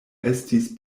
estis